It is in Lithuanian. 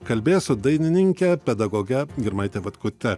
kalbės su dainininke pedagoge girmante vaitkute